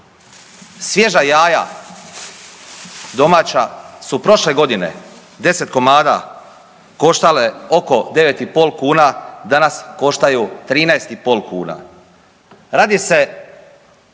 Svježa jaja domaća su prošle godine 10 komada koštale oko 9 i pol kuna, danas koštaju 13 i pol kuna. Radi se